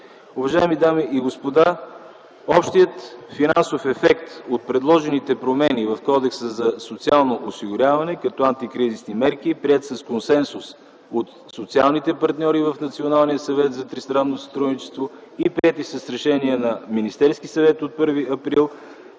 Уважаеми дами и господа, общият финансов ефект от предложените промени в Кодекса за социално осигуряване като антикризисни мерки, приет с консенсус от социалните партньори в Националния съвет за